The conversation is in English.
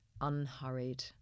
unhurried